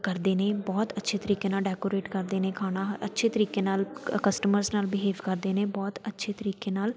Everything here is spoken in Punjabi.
ਕਰਦੇ ਨੇ ਬਹੁਤ ਅੱਛੇ ਤਰੀਕੇ ਨਾਲ ਡੈਕੋਰੇਟ ਕਰਦੇ ਨੇ ਖਾਣਾ ਅੱਛੇ ਤਰੀਕੇ ਨਾਲ ਕਸਟਮਰਸ ਨਾਲ ਬਿਹੇਵ ਕਰਦੇ ਨੇ ਬਹੁਤ ਅੱਛੇ ਤਰੀਕੇ ਨਾਲ